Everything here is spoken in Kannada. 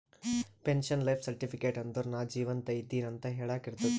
ಪೆನ್ಶನ್ ಲೈಫ್ ಸರ್ಟಿಫಿಕೇಟ್ ಅಂದುರ್ ನಾ ಜೀವಂತ ಇದ್ದಿನ್ ಅಂತ ಹೆಳಾಕ್ ಇರ್ತುದ್